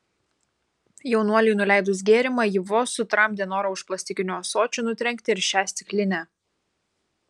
jaunuoliui nuleidus gėrimą ji vos sutramdė norą už plastikinio ąsočio nutrenkti ir šią stiklinę